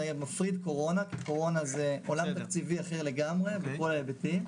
אני רגע מפריד קורונה כי קורונה זה עולם תקציבי אחר לגמרי מכל ההיבטים,